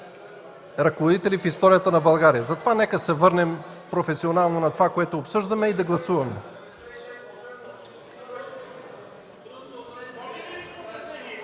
ръководители в историята на България. Затова нека се върнем професионално на това, което обсъждаме и да гласуваме.